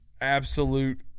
absolute